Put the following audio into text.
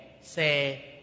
say